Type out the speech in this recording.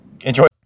enjoy